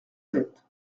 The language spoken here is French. sept